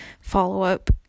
follow-up